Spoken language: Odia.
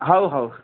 ହଉ ହଉ